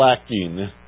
lacking